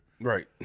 Right